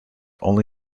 only